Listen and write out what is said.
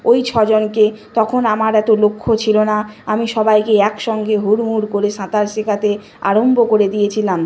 ওই ছজনকে তখন আমার এত লক্ষ ছিল না আমি সবাইকে একসঙ্গে হুড়মুড় করে সাঁতার শেখাতে আরম্ভ করে দিয়েছিলাম